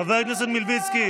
חבר הכנסת מלביצקי.